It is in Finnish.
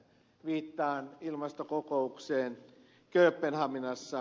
viittaan ilmastokokoukseen kööpenhaminassa